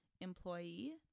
employee